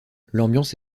l’ambiance